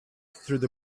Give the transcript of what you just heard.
through